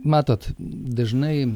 matot dažnai